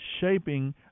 shaping